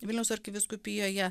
vilniaus arkivyskupijoje